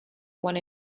one